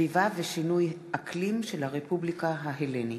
סביבה ושינוי אקלים של הרפובליקה ההלנית.